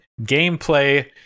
gameplay